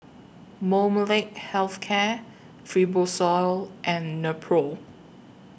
Molnylcke Health Care Fibrosol and Nepro